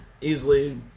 easily